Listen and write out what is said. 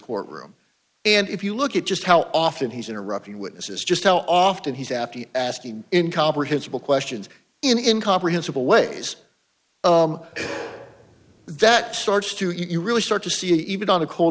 courtroom and if you look at just how often he's interrupting witnesses just how often he's after asking in comprehensible questions in in comprehensible ways that starts to you really start to see even on a cold